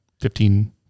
fifteen